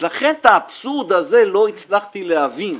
את האבסורד הזה לא הצלחתי להבין.